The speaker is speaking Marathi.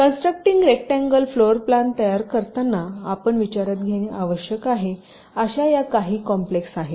तर कंस्ट्रक्टिंग रेकटांगल फ्लोर प्लॅन तयार करताना आपण विचारात घेणे आवश्यक आहे अशा या काही कॉम्प्लेक्स आहेत